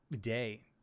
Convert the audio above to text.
day